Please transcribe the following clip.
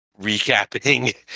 recapping